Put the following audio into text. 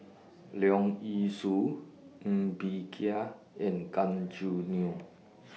Leong Yee Soo Ng Bee Kia and Gan Choo Neo